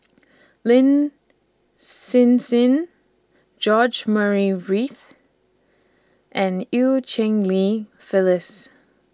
Lin Hsin Hsin George Murray Reith and EU Cheng Li Phyllis